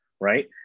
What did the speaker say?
right